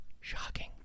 Shocking